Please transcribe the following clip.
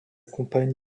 compagne